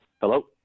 hello